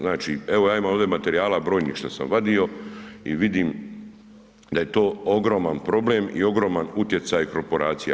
Znači evo ja imam ovdje materijala brojnih što sam vadio i vidim da je to ogroman problem i ogroman utjecaj korporacija.